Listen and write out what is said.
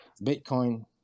Bitcoin